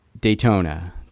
Daytona